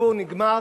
הסיפור נגמר.